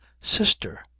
Sister